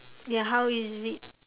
ya how is it